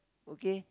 okay